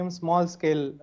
small-scale